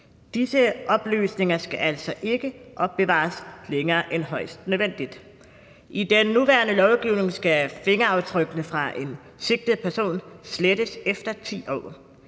Disse oplysninger skal altså ikke opbevares længere end højst nødvendigt. I den nuværende lovgivning skal fingeraftrykkene fra en sigtet person slettes efter 10 år.